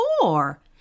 four